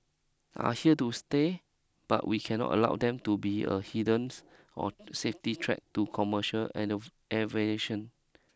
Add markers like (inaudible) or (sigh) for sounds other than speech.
are here to stay but we cannot allow them to be a hindrance or safety threat to commercial (unintelligible) aviation